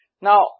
Now